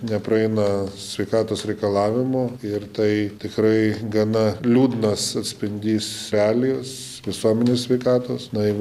nepraeina sveikatos reikalavimų ir tai tikrai gana liūdnas atspindys realijos visuomenės sveikatos nu jeigu